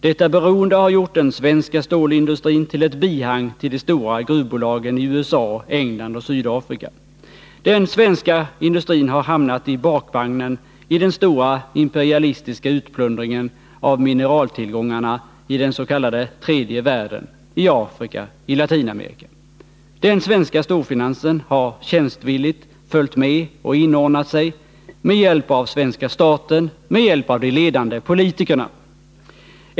Detta beroende har gjort den svenska stålindustrin till ett bihang till de stora gruvbolagen i USA, England och Sydafrika. Den svenska industrin har hamnat i bakvagnen i den stora imperialistiska utplundringen av mineraltillgångarna i den s.k. tredje världen — i Afrika, i Latinamerika. Den svenska storfinansen har tjänstvilligt följt med och inordnat sig — med hjälp av svenska staten, med hjälp av de ledande politikerna.